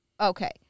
Okay